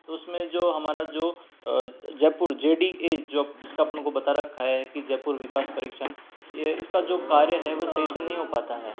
तो उसमें जो हमारा जो जयपुर जे डी ए जिसका हमको बता रखा है कि जयपुर विकास परीक्षण ये इसका जो कार्य है वह सही से नहीं हो पाता है